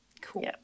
Cool